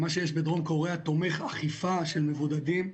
מה שיש בדרום קוריאה תומך אכיפה של מבודדים,